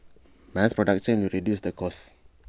mass production will reduce the cost